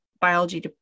biology